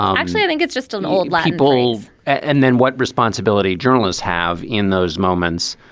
um actually, i think it's just an old light bulb. and then what responsibility journalists have in those moments,